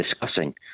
discussing